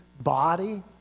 body